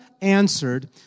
answered